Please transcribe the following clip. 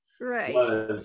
Right